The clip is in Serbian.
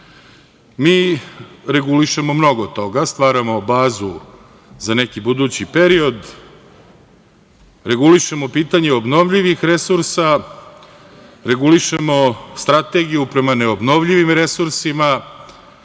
mi regulišemo mnogo toga, stvaramo bazu za neki budući period, regulišemo pitanje obnovljivih resursa, regulišemo strategiju prema neobnovljivim resursima,